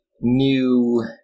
new